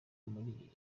muri